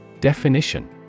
Definition